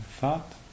thought